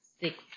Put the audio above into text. six